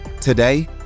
Today